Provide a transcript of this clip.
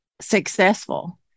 successful